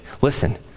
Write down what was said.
Listen